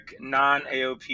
non-aop